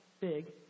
Big